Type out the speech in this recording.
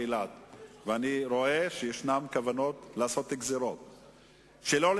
ממרס עד מאי הספקנו להכין תקציב לשנה ולהעביר אותו עם כל